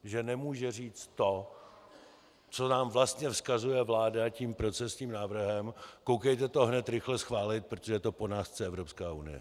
Že nemůže říct to, co nám vlastně vzkazuje vláda tím procesním návrhem: koukejte to hned rychle schválit, protože to po nás chce Evropská unie.